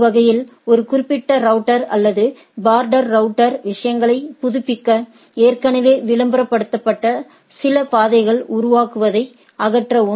ஒரு வகையில் ஒரு குறிப்பிட்ட ரவுட்டர் அல்லது பார்டர் ரௌட்டர் விஷயங்களை புதுப்பிக்க ஏற்கனவே விளம்பரப்படுத்தப்பட்ட சில பாதைகள் உருவாக்குவதை அகற்றவும்